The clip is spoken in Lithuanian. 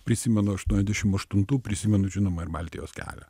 prisimenu aštuoniasdešim aštuntų prisimenu žinoma ir baltijos kelią